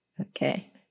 Okay